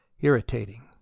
irritating